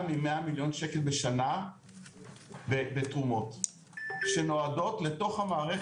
מ-100 מיליון שקל בשנה בתרומות שנועדו למערכת.